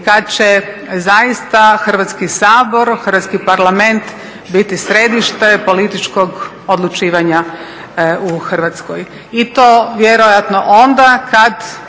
kad će zaista Hrvatski sabor, Hrvatski parlament biti središte političkog odlučivanja u Hrvatskoj. I to vjerojatno onda kad